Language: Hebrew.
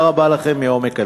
תודה רבה לכם מעומק הלב.